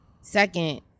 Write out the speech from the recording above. Second